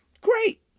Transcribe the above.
Great